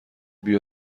بیا